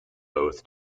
both